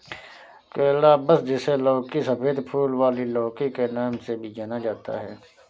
calabash, जिसे लौकी, सफेद फूल वाली लौकी के नाम से भी जाना जाता है